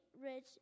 rich